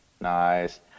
Nice